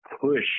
push